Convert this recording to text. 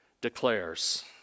declares